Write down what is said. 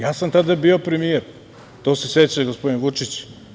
Ja sam tada bio premijer, to se seća i gospodin Vučić.